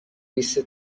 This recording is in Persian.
لیست